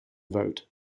vote